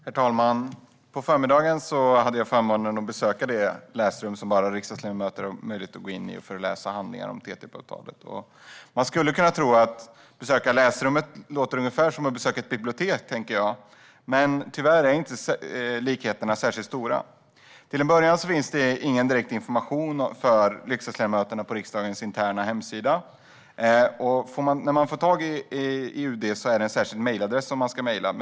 Herr talman! På förmiddagen hade jag förmånen att besöka det läsrum som bara riksdagsledamöter har möjlighet att gå in i för att läsa handlingar om TTIP-avtalet. Man skulle kunna tro att ett besök i läsrummet är ungefär som ett besök på ett bibliotek. Men tyvärr är inte likheterna särskilt stora. Till en början finns ingen direkt information för riksdagsledamöterna på riksdagens interna hemsida. När man får tag i UD är det en särskild mejladress som man ska mejla.